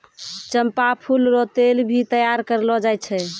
चंपा फूल रो तेल भी तैयार करलो जाय छै